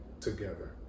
together